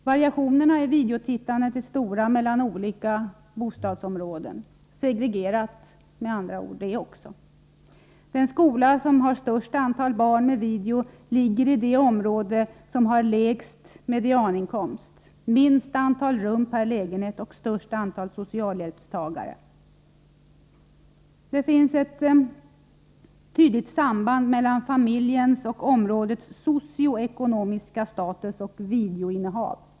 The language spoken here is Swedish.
Variationerna i videotittandet är stora mellan olika bostadsområden — även det segregerat med andra ord. Den skola som har det största antalet barn med tillgång till video ligger i det område där medianinkomsten är lägst, där man har minst antal rum per lägenhet och där det största antalet socialhjälpstagare finns. Det finns ett tydligt samband mellan familjens och områdets socioekonomiska status och videoinnehav.